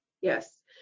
Yes